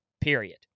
period